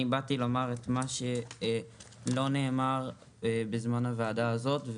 אני באתי לומר את מה שלא נאמר בזמן הוועדה הזאת,